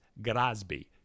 Grasby